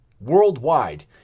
Worldwide